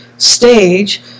Stage